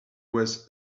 was